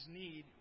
need